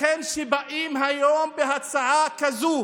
לכן כשבאים היום בהצעה הזו